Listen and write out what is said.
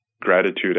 gratitude